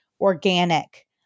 organic